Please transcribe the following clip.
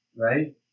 right